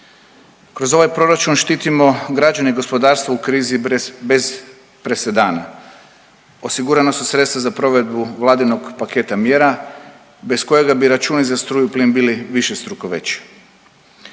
Kroz ovaj proračun štitimo građane i gospodarstvo u krizi bez presedana, osigurana su sredstva za provedbu Vladinog paketa mjera bez kojega bi računi za struju i plin bili višestruko veći.